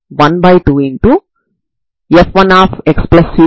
Xx c2cos μa sin μ అవుతుంది